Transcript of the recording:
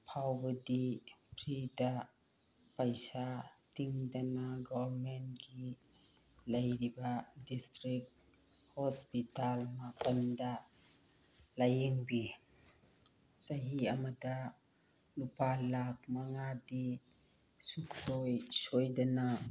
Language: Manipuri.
ꯐꯥꯎꯕꯗꯤ ꯐ꯭ꯔꯤꯗ ꯄꯩꯁꯥ ꯇꯤꯡꯗꯅ ꯒꯣꯚꯔꯟꯃꯦꯟꯠꯀꯤ ꯂꯩꯔꯤꯕ ꯗꯤꯁꯇ꯭ꯔꯤꯛ ꯍꯣꯁꯄꯤꯇꯥꯜ ꯃꯄꯥꯜꯗ ꯂꯥꯏꯌꯦꯡꯕꯤ ꯆꯍꯤ ꯑꯃꯗ ꯂꯨꯄꯥ ꯂꯥꯈ ꯃꯉꯥꯗꯤ ꯁꯨꯡꯁꯣꯏ ꯁꯣꯏꯗꯅ